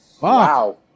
Wow